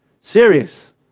Serious